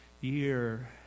year